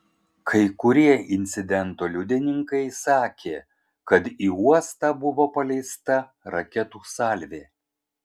kai kurie incidento liudininkai sakė kad į uostą buvo paleista raketų salvė